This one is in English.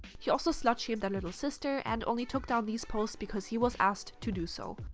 he also slut shamed their little sister and only took down these posts because he was asked to do so.